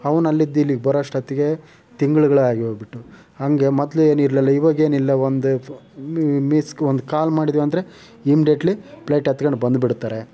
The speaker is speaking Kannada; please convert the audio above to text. ಅವ್ನು ಅಲ್ಲಿಂದ ಇಲ್ಲಿಗೆ ಬರೋಷ್ಟೊತ್ತಿಗೆ ತಿಂಗಳುಗಳೇ ಆಗಿ ಹೋಗ್ಬಿಟ್ಟವು ಹಂಗೆ ಮೊದಲು ಏನಿರಲಿಲ್ಲ ಇವಾಗೇನಿಲ್ಲ ಒಂದು ಫೋ ಮಿಸ್ಗ ಒಂದು ಕಾಲ್ ಮಾಡಿದ್ದೇವುಂದ್ರೆ ಇಮ್ಡೆಟ್ಲಿ ಪ್ಲೈಟ್ ಹತ್ಕೊಂಡು ಬಂದುಬಿಡ್ತಾರೆ